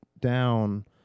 down